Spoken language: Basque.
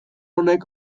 honek